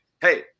hey